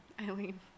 Eileen